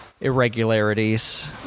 irregularities